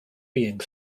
being